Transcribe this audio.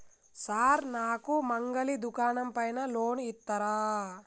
Sir నాకు మంగలి దుకాణం పైన లోన్ ఇత్తరా?